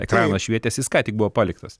ekranas švietėsi jis ką tik buvo paliktas